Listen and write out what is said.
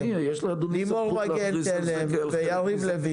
לימור מגן תלם ויריב לוין,